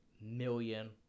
million